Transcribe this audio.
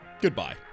Goodbye